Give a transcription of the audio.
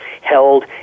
held